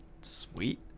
Sweet